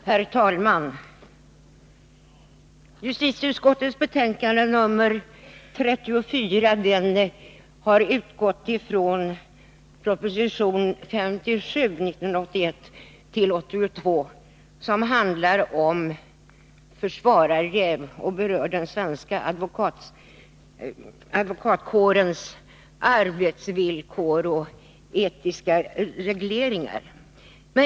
Herr talman! Justitieutskottets betänkande nr 34 behandlar proposition 1981/82:57 om försvararjäv. Den berör den svenska advokatkårens arbetsvillkor och etiska regler.